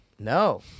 No